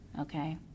okay